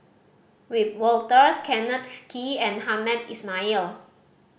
Wiebe Wolters Kenneth Kee and Hamed Ismail